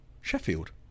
Sheffield